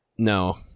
No